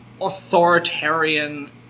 authoritarian